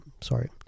sorry